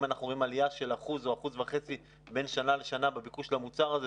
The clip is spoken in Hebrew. אם אנחנו רואים עלייה של 1% או 1.5% בין שנה לשנה בביקוש למוצר הזה,